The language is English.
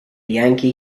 yankee